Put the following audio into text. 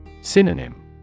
Synonym